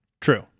True